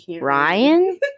Ryan